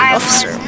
officer